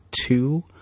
two